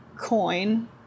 COIN